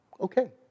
Okay